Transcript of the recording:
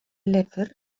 lyfr